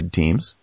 teams